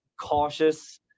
cautious